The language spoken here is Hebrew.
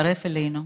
להצטרף אלינו